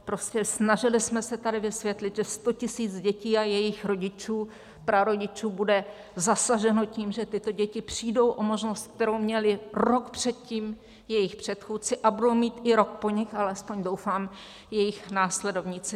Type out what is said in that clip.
Prostě snažili jsme se tady vysvětlit, že sto tisíc dětí a jejich rodičů, prarodičů bude zasaženo tím, že tyto děti přijdou o možnost, kterou měly rok předtím jejich předchůdci a budou mít i rok po nich, alespoň doufám, i jejich následovníci.